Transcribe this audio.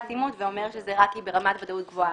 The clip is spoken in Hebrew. אימות ואומר שזה רק ברמת ודאות גבוהה,